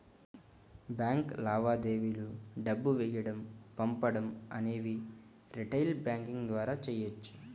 bank లావాదేవీలు డబ్బులు వేయడం పంపడం అనేవి రిటైల్ బ్యాంకింగ్ ద్వారా చెయ్యొచ్చు